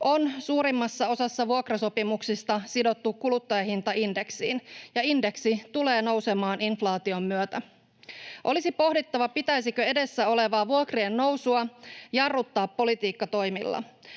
on suurimmassa osassa vuokrasopimuksista sidottu kuluttajahintaindeksiin ja indeksi tulee nousemaan inflaation myötä. Olisi pohdittava, pitäisikö edessä olevaa vuokrien nousua jarruttaa politiikkatoimilla.